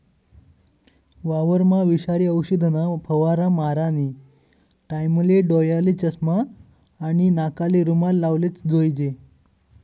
वावरमा विषारी औषधना फवारा मारानी टाईमले डोयाले चष्मा आणि नाकले रुमाल लावलेच जोईजे